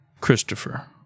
Christopher